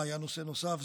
היה נושא נוסף,